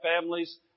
families